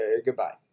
Goodbye